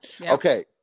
Okay